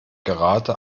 gerade